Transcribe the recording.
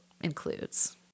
includes